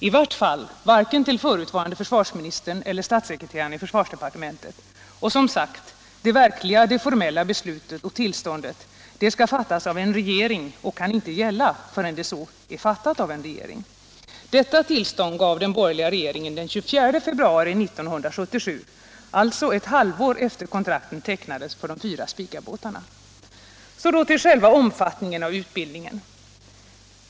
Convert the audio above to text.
I vart fall varken till förutvarande försvarsministern eller statssekreteraren i försvarsdepartementet, och, som sagt, det verkliga, det formella beslutet om tillståndet skall fattas av en regering innan det kan gälla. Detta tillstånd gav den borgerliga regeringen den 24 februari 1977, alltså ett halvår efter det att kontrakten tecknades för de fyra Spicabåtarna. Så till själva omfattningen av utbildningen.